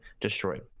destroyed